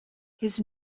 his